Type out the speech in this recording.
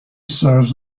serves